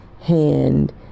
hand